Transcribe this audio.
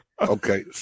Okay